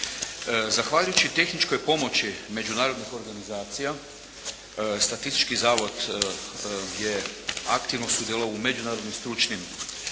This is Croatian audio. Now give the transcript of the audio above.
Zahvaljujući tehničkoj pomoći međunarodnih organizacija statistički zavod je aktivno sudjelovao u međunarodnim stručnim sastancima,